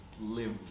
live